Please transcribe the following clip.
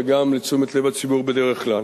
אבל גם לתשומת-לב הציבור בדרך כלל: